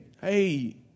hey